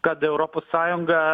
kad europos sąjunga